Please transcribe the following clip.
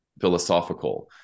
philosophical